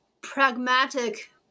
pragmatic